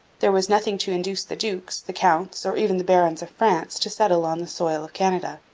there was nothing to induce the dukes, the counts, or even the barons of france to settle on the soil of canada.